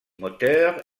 moteur